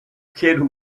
kid